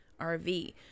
rv